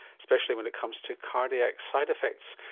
especially when it comes to cardiac side-effects.